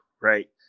right